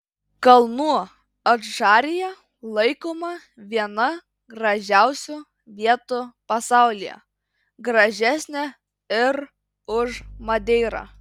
kalnų adžarija laikoma viena gražiausių vietų pasaulyje gražesnė ir už madeirą